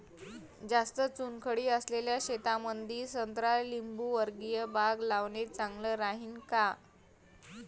जास्त चुनखडी असलेल्या शेतामंदी संत्रा लिंबूवर्गीय बाग लावणे चांगलं राहिन का?